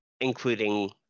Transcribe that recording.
including